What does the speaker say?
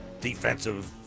Defensive